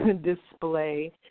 display